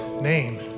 name